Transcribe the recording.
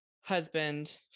husband